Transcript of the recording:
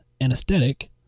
anesthetic